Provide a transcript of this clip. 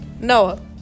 Noah